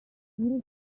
تیمی